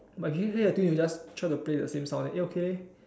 but I think you just try to play the same song I think okay leh